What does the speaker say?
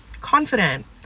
confident